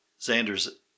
Xander's